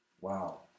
Wow